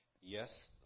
Yes